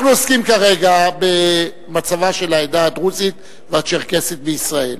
אנחנו עוסקים כרגע במצבה של העדה הדרוזית והצ'רקסית בישראל.